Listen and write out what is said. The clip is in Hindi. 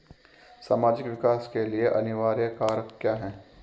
सामाजिक विकास के लिए अनिवार्य कारक क्या है?